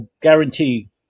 guarantee